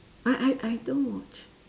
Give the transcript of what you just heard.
I I I don't watch